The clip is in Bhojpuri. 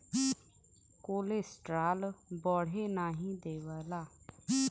कोलेस्ट्राल बढ़े नाही देवला